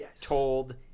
told